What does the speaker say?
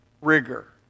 rigor